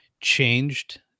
changed